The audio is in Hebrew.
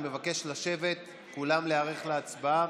אני מבקש לשבת, כולם, להיערך להצבעה.